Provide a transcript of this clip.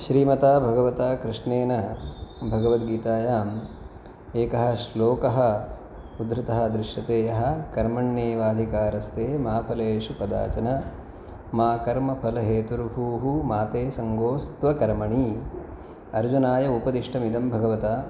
श्रीमता भगवता कृष्णेण भगवद्गीतायाम् एकः श्लोकः उद्धृतः दृश्यते यः कर्मण्येवाधिकारस्ते मा फलेषु कदाचन मा कर्मफलहेतुर्भूः मा ते सङ्गोस्त्वकर्मणि अर्जुनाय उपदिष्टमिदं भगवता